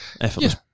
Effortless